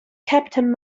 captain